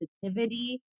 sensitivity